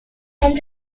home